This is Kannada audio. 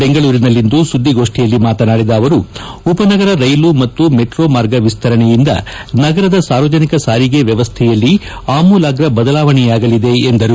ಬೆಂಗಳೂರಿನಲ್ಲಿಂದು ಸುದ್ದಿಗೋಷ್ಠಿಯಲ್ಲಿ ಮಾತನಾಡಿದ ಅವರು ಉಪನಗರ ರೈಲು ಮತ್ತು ಮೆಟ್ರೋ ಮಾರ್ಗ ವಿಸ್ತರಣೆಯಿಂದ ನಗರದ ಸಾರ್ವಜನಿಕ ಸಾರಿಗೆ ವ್ವವಸ್ಥೆಯಲ್ಲಿ ಆಮೂಲಾಗ್ರ ಬದಲಾವಣೆಯಾಗಲಿದೆ ಎಂದರು